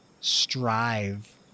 strive